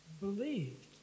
believed